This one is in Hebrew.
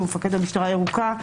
שהוא מפקד המשטרה הירוקה,